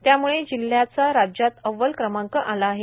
त्यामुळे जिल्ह्याचा राज्यात अव्वल क्रमांक आला आहे